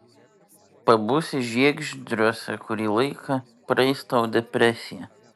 pabūsi žiegždriuose kurį laiką praeis tau depresija